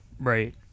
Right